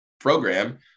program